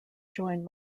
join